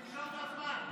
נרשמת בזמן.